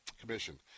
Commission